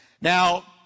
Now